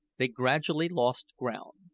they gradually lost ground.